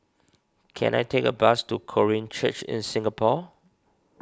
can I take a bus to Korean Church in Singapore